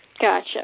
Gotcha